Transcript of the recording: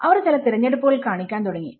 അവർ ചില തിരഞ്ഞെടുപ്പുകൾ കാണിക്കാൻ തുടങ്ങി